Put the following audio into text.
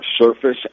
surface